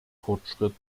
fortschritt